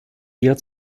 eher